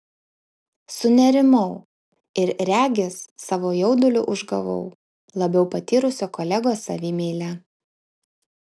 sunerimau ir regis savo jauduliu užgavau labiau patyrusio kolegos savimeilę